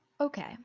Okay